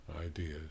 ideas